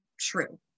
true